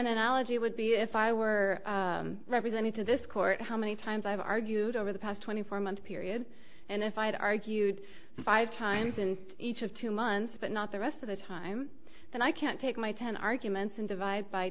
analogy would be if i were representing to this court how many times i've argued over the past twenty four month period and if i had argued five times in each of two months but not the rest of the time then i can't take my ten arguments and divide by